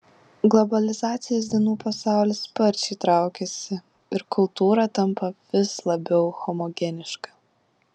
globalizacijos dienų pasaulis sparčiai traukiasi ir kultūra tampa vis labiau homogeniška